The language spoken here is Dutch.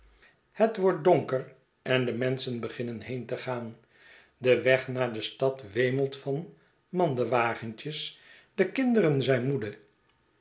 het wordt donker en de menschen beginnen heen te gaan de weg naar de stad wemelt van mandewagentjes de kinderen zijn moede